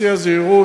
בשיא הזהירות,